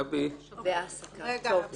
גבי ונועה,